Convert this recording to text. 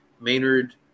Maynard